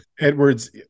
Edwards